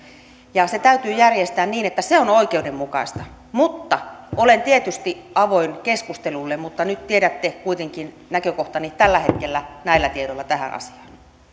ja se täytyy järjestää niin että se on oikeudenmukaista olen tietysti avoin keskustelulle mutta nyt tiedätte kuitenkin näkökohtani tällä hetkellä näillä tiedoilla tähän